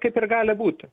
kaip ir gali būti